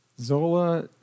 Zola